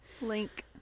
link